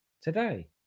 today